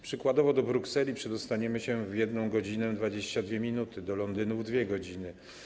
Przykładowo do Brukseli przedostaniemy się w 1 godzinę 22 minuty, do Londynu w 2 godziny.